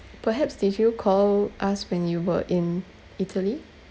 perhaps did you call us when you were in italy